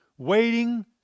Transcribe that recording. waiting